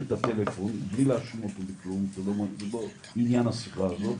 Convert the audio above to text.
את הטלפון בלי להאשים אותו בכלום כי זה עניין השיחה הזו,